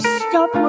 stop